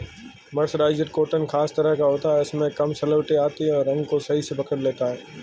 mercerised cotton खास तरह का होता है इसमें कम सलवटें आती हैं और रंग को सही से पकड़ लेता है